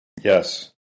Yes